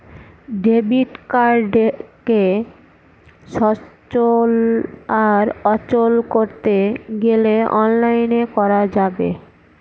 debit কার্ডকে সচল আর অচল করতে গেলে অনলাইনে করা যাবে